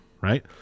right